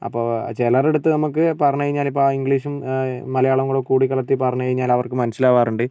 അപ്പോൾ ചിലരെടുത്ത് നമുക്ക് പറഞ്ഞ് കഴിഞ്ഞാലിപ്പോൾ ഇംഗ്ലീഷും മലയാളോം കൂടെ കൂടി കലർത്തി പറഞ്ഞ് കഴിഞ്ഞാൽ അവർക്ക് മനസിലാകാറുണ്ട്